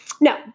No